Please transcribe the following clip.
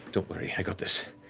don't worry, i got this.